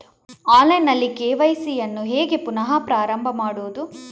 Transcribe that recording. Online ನಲ್ಲಿ KYC ಯನ್ನು ಹೇಗೆ ಪುನಃ ಪ್ರಾರಂಭ ಮಾಡುವುದು?